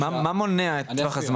אבל מה, מה מונע את טווח הזמן?